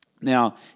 Now